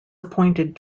appointed